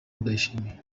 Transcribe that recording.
ndayishimiye